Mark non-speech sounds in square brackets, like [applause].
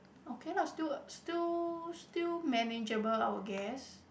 okay lah still [noise] still still manageable I would guess